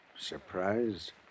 Surprised